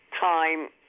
time